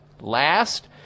Last